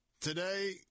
Today